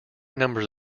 numbers